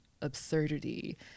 absurdity